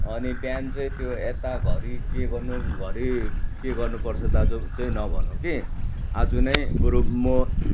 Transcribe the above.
अनि बिहान चाहिँ त्यो यता घरि के गर्नु घरि के गर्नु पर्छ दाजु चाहिँ नभन्नु कि आज नै बरु म